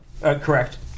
Correct